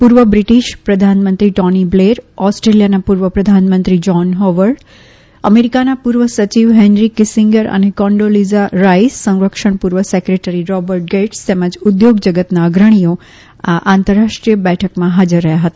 પૂર્વ બ્રિટીશ પ્રધાનમંત્રી Tony Blair ઓસ્ટ્રેલિયાના પૂર્વ પ્રધાનમંત્રી જ્હોન હોવર્ડ અમેરિકાના પૂર્વ સચિવ હેનરી કીસીંગર અને કોન્ડોલીઝા રાઈસ સંરક્ષણ પૂર્વ સેક્રેટરી રોબર્ટ ગેઢ્સ તેમજ ઉદ્યોગ જગતના અગ્રણીઓ આંતરરાષ્ટ્રીય બેઠકમાં હાજર રહ્યા હતા